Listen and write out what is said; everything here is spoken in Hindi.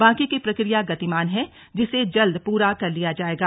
बाकी की प्रक्रिया गतिमान है जिसे जल्द पूरा कर लिया जाएगा